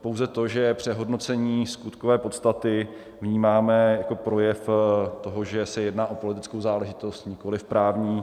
Pouze to, že přehodnocení skutkové podstaty vnímáme jako projev toho, že se jedná o politickou záležitost, nikoliv právní.